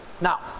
Now